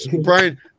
Brian